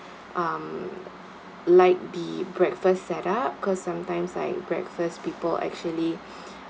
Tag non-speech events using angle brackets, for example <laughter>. um like the breakfast set up cause sometimes like in breakfast people actually <breath>